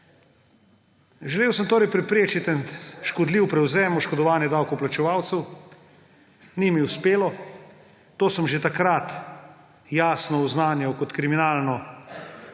Želel sem torej preprečiti en škodljiv prevzem, oškodovanje davkoplačevalcev − ni mi uspelo. To sem že takrat jasno oznanjal kot kriminalno